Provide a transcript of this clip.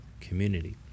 community